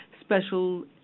special